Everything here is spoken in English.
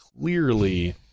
clearly